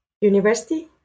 university